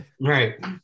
Right